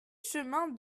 chemin